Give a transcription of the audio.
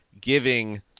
giving